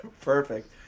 Perfect